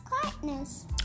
quietness